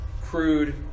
crude